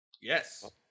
Yes